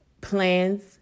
plans